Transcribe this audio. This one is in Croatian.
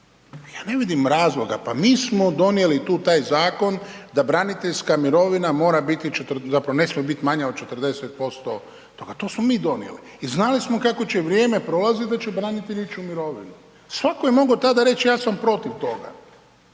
ja ne vidim razloga, pa mi smo donijeli tu taj zakon da braniteljska mirovina mora biti 40, zapravo ne smije biti od 40%, pa to smo mi donijeli i znali smo kako će vrijeme prolaziti da će branitelji ići u mirovinu. Svatko je mogao tada reći ja sam protiv toga.